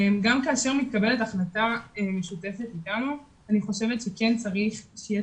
גם כאשר מתקבלת החלטה משותפת איתנו אני חושבת שכן צריך שיהיה